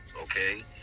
Okay